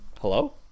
Hello